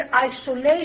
isolation